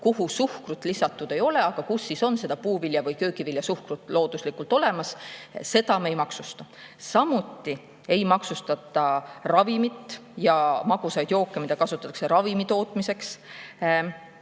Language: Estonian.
kuhu suhkrut lisatud ei ole, aga kus on puuvilja‑ või köögiviljasuhkur looduslikult olemas. Seda me ei maksusta. Samuti ei maksustata ravimeid ja magusaid jooke, mida kasutatakse ravimite tootmiseks,